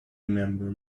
remember